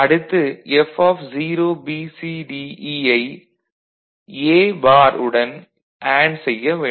அடுத்து F0BCDE ஐ A bar உடன் அண்டு செய்ய வேண்டும்